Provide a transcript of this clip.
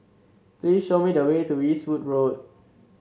please show me the way to Eastwood Road